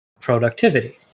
productivity